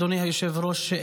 אדוני היושב-ראש,